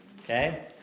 okay